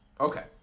Okay